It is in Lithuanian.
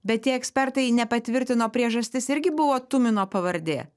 bet tie ekspertai nepatvirtino priežastis irgi buvo tumino pavardė